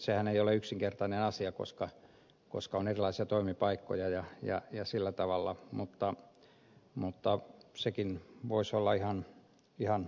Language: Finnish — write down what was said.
sehän ei ole yksinkertainen asia koska on erilaisia toimipaikkoja ja sillä tavalla mutta sekin voisi olla ihan asianmukaista